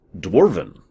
dwarven